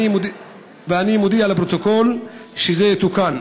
אני מודיע לפרוטוקול ואני מבקש שזה יתוקן.